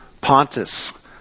Pontus